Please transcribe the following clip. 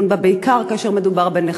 בעיקר כאשר מדובר בנכים.